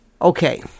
Okay